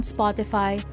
Spotify